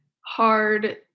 hard